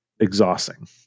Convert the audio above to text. exhausting